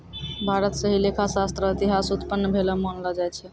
भारत स ही लेखा शास्त्र र इतिहास उत्पन्न भेलो मानलो जाय छै